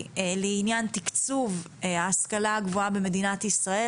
לעניין תקצוב ההשכלה הגבוהה במדינת ישראל,